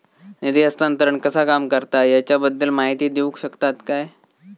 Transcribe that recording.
निधी हस्तांतरण कसा काम करता ह्याच्या बद्दल माहिती दिउक शकतात काय?